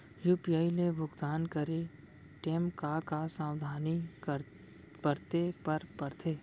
UPI ले भुगतान करे टेम का का सावधानी बरते बर परथे